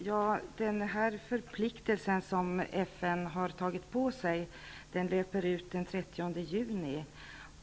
Fru talman! Den förpliktelse som FN har tagit på sig löper ut den 30 juni.